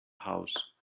house